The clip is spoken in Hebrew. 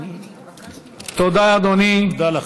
תודה לך.